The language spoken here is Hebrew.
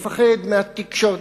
מפחד התקשורת,